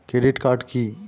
Credit card কি?